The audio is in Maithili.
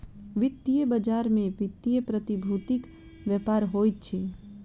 वित्तीय बजार में वित्तीय प्रतिभूतिक व्यापार होइत अछि